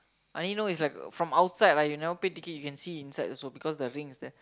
I only need is like from outside right you never pay ticket you can see inside also because the ring is there